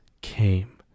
came